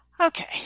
Okay